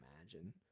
imagine